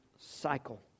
cycle